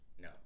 No